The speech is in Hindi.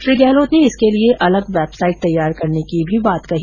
श्री गहलोत ने इसके लिए अलग वेबसाइट तैयार करने की भी बात कही